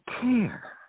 care